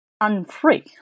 unfree